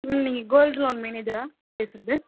ma'am நீங்கள் gold loan மேனேஜரா பேசுவது